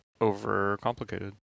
overcomplicated